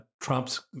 Trump's